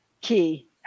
key